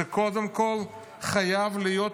זה קודם כול חייב להיות